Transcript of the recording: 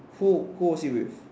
who who was he with